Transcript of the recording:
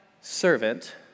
servant